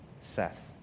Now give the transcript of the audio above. Seth